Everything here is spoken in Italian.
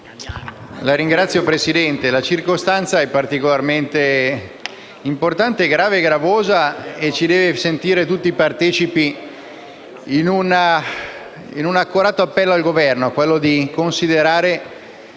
Signor Presidente, la circostanza è particolarmente importante, grave e gravosa e ci deve sentire tutti partecipi in un accorato appello al Governo, quello di considerare